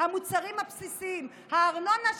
המוצרים הבסיסיים והארנונה,